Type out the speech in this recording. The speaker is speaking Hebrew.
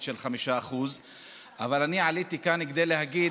של 5%. אבל אני עליתי לכאן כדי להגיד